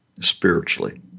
spiritually